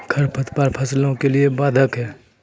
खडपतवार फसलों के लिए बाधक हैं?